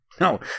No